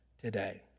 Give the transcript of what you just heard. today